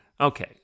Okay